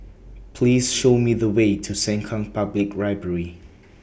Please Show Me The Way to Sengkang Public Library